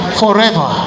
forever